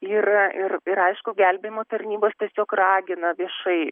ir ir ir aišku gelbėjimo tarnybos tiesiog ragina viešai